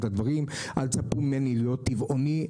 אל תצפו ממני להיות טבעוני,